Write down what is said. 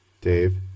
Dave